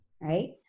right